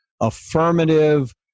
affirmative